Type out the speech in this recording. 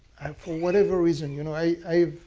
for whatever reason you know i i